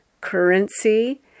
currency